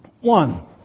One